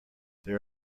there